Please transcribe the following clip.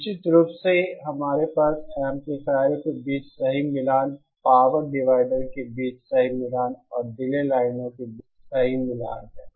निश्चित रूप से हमारे पास एम्पलीफायरों के बीच सही मिलान पावर डिवाइडर के बीच सही मिलान और डीले लाइनों के बीच सही मिलान है